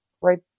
right